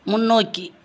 முன்னோக்கி